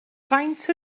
faint